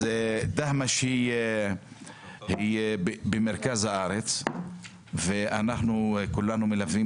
דהמש היא במרכז הארץ ואנחנו כולנו מלווים